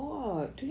yup